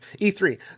E3